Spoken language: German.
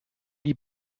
die